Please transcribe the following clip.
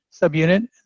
subunit